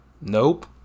nope